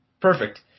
perfect